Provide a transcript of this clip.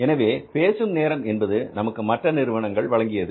எனவே பேசும் நேரம் என்பது நமக்கு மற்ற நிறுவனங்கள் வழங்கியது